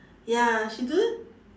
ya she do it